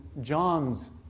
John's